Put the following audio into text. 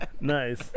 nice